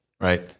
Right